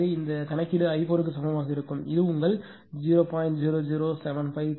எனவே இந்த கணக்கீடு i4 சமமாக இருக்கும் எனவே அது உங்கள் 0